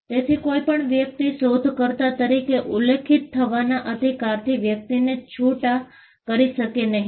તેથી કોઈ પણ વ્યક્તિ શોધકર્તા તરીકે ઉલ્લેખિત થવાના અધિકારથી વ્યક્તિને છૂટા કરી શકશે નહીં